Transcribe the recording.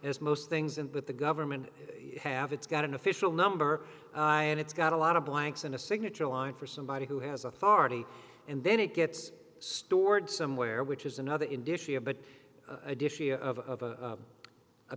as most things and with the government have it's got an official number and it's got a lot of blanks in a signature line for somebody who has authority and then it gets stored somewhere which is another industry a but a